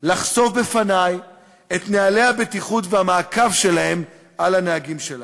לחשוף בפני את נוהלי הבטיחות והמעקב שלהם על הנהגים שלהם.